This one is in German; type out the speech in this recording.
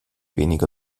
weniger